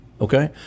okay